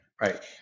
Right